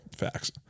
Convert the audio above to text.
Facts